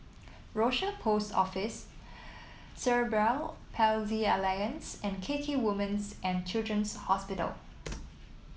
Rochor Post Office Cerebral Palsy Alliance and K K Women's and Children's Hospital